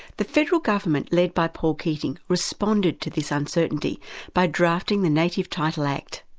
the federal government, led by paul keating, responded to this uncertainty by drafting the native title act.